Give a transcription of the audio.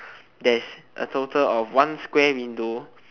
there's a total of one square window